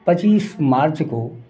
पचीस मार्च को